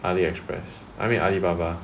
AliExpress I mean Alibaba